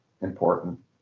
important